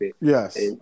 Yes